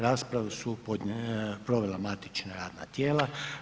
Raspravu su provela matična radna tijela.